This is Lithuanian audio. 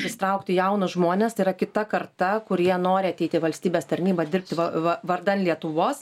prisitraukti jaunus žmones tai yra kita karta kurie nori ateiti į valstybės tarnybą dirbt va va vardan lietuvos